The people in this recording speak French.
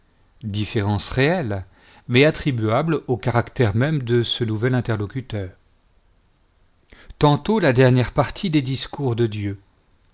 différence réelle mais attribuable au caractère même de ce nouvel interlocuteur tantôt la dernière partie des discours de dieu